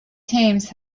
teams